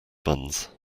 buns